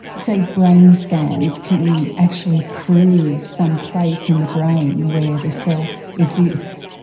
say, brain scans can actually prove some place in the brain where the self exists?